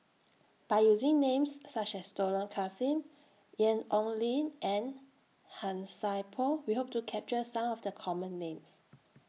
By using Names such as Dollah Kassim Ian Ong Li and Han Sai Por We Hope to capture Some of The Common Names